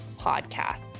podcasts